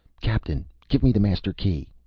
captain, give me the master key.